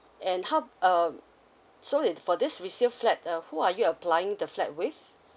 and how um so it for this resale flat uh who are you applying the flat with